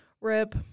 Rip